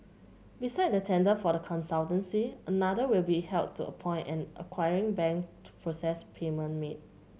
besides the tender for the consultancy another will be held to appoint an acquiring bank to process payment made